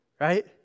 right